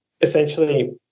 Essentially